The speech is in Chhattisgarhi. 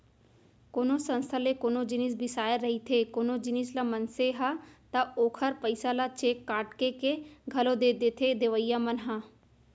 कोनो संस्था ले कोनो जिनिस बिसाए रहिथे कोनो जिनिस ल मनसे ह ता ओखर पइसा ल चेक काटके के घलौ दे देथे देवइया मन ह